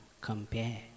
compare